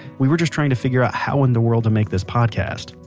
we were just trying to figure out how in the world to make this podcast.